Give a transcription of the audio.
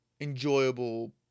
enjoyable